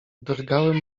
drgały